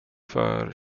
för